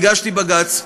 הגשתי בג"ץ.